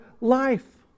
life